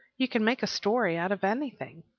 you can make a story out of anything.